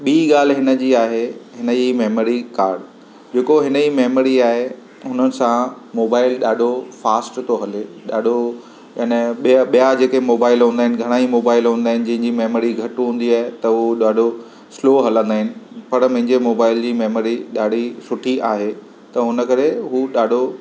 ॿीं ॻाल्हि हिन जी आहे हिन जी मेमरी काड जेको हिन जी मेमरी आहे हुन सां मोबाइल ॾाढो फास्ट थो हले ॾाढो हिन जा ॿियां ॿियां जेके मोबाइल हूंदा आहिनि घणाई मोबाइल हूंदा आहिनि जंहिंजी मेमरी घटि हूंदी आहे त हूं ॾाढो स्लो हलंदा आहिनि पर मुंहिंजे मोबाइल जी मेमरी ॾाढी सुठी आहे त उन करे हूं ॾाढो